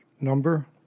Number